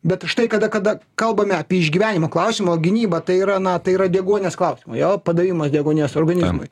bet štai kada kada kalbame apie išgyvenimo klausimo gynyba tai yra na tai yra deguonies klausima jo padavimo deguonies organizmui